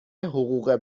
حقوق